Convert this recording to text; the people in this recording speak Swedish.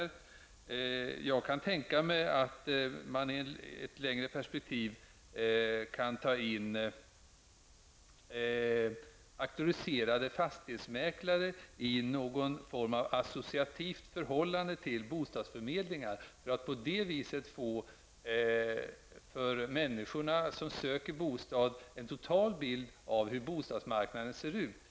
Jag kan tänka mig att man i ett längre perspektiv kan ta in auktoriserade fastighetsmäklare i något slags associativt förhållande till bostadsförmedlingar, för att på det sättet kunna ge människorna som söker bostad en total bild av hur bostadsmarknaden ser ut.